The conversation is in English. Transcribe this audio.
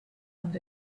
and